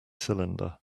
cylinder